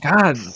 god